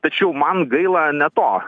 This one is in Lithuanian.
tačiau man gaila ne to